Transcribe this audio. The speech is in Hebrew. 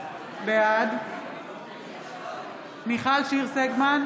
בעד מיכל שיר סגמן,